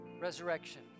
Resurrection